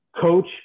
coach